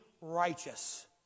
righteous